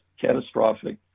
Catastrophic